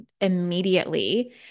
immediately